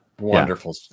Wonderful